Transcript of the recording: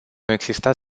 existat